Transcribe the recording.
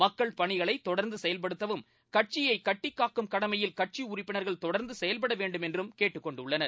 மக்கள் பணிகளை தொடர்ந்து செயல்படுத்தவும் கட்சியைக் கட்டிக்காக்கும் கடமையில் கட்சி உறுப்பினர்கள் தொடர்ந்து செயல்பட வேண்டும் என்று கேட்டுக் கொண்டுள்ளனர்